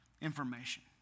information